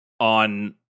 On